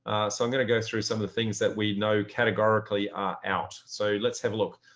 so i'm going to go through some of the things that we know categorically are out. so let's have a look.